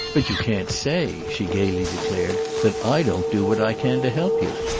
but you can't say, she gaily declared, that i don't do what i can to help you.